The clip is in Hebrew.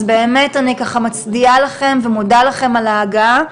אז באמת אני ככה מצדיעה לכם ומודה לכם על ההגעה.